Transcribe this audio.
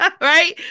right